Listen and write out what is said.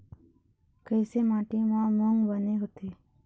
कइसे माटी म मूंग बने होथे?